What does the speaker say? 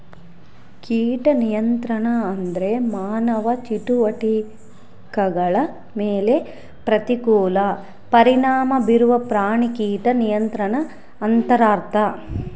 ಕೀಟ ನಿಯಂತ್ರಣ ಅಂದ್ರೆ ಮಾನವ ಚಟುವಟಿಕೆಗಳ ಮೇಲೆ ಪ್ರತಿಕೂಲ ಪರಿಣಾಮ ಬೀರುವ ಪ್ರಾಣಿ ಕೀಟ ನಿಯಂತ್ರಣ ಅಂತರ್ಥ